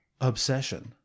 obsession